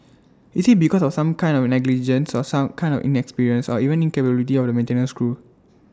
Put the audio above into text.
is IT because of some kind of negligence or some kind of inexperience or even incapability of the maintenance crew